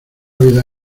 vida